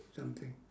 something